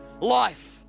Life